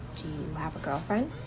have a girlfriend?